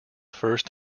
first